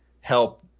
help